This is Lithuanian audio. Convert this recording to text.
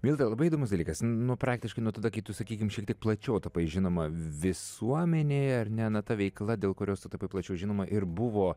milda labai įdomus dalykas nuo praktiškai nuo tada kai tu sakykim šiek tiek plačiau tapai žinoma visuomenėje ar ne na ta veikla dėl kurios tu tapai plačiau žinoma ir buvo